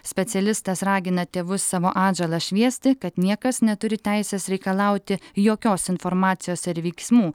specialistas ragina tėvus savo atžalas šviesti kad niekas neturi teisės reikalauti jokios informacijos ar veiksmų